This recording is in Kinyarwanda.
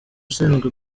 ushinzwe